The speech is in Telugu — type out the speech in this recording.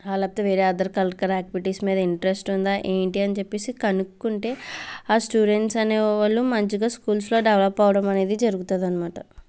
లేకపోతే వేరే అదర్ కరికులర్ యాక్టివిటీస్ మీద ఇంట్రెస్ట్ ఉందా ఏంటి అని చెప్పేసి కనుక్కుంటే ఆ స్టూడెంట్స్ అనే వాళ్ళు మంచిగా స్కూల్స్లో డెవలప్ అవ్వడం అనేది జరుగుతుంది అన్నమాట